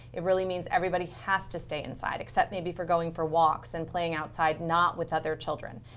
it really means everybody has to stay inside, except maybe for going for walks and playing outside, not with other children.